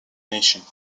nation